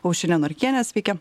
aušrinė norkienė sveiki